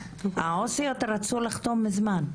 העובדות הסוציאליות רצו לחתום כבר מזמן.